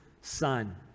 son